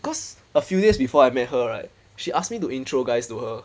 cause a few years before I met her right she ask me to intro guys to her